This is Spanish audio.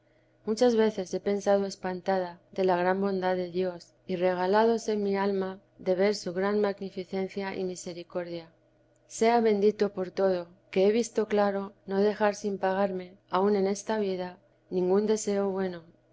muchas veces he pensado espantada de la gran bondad de dios y regaiádose mi alma de ver su gran magnificencia y misericordia sea bendito por todo que he visto claro no dejar sin pagarme aun en esta vida ningún deseo bueno